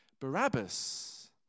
Barabbas